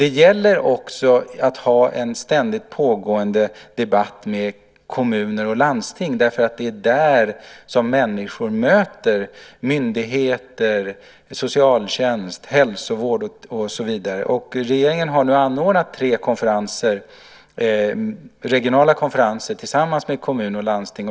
Det gäller också att ha en ständigt pågående debatt med kommuner och landsting, därför att det är där som människor möter myndigheter, socialtjänst, hälsovård och så vidare. Regeringen har nu anordnat tre regionala konferenser tillsammans med kommuner och landsting.